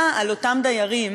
שההגנה על אותם דיירים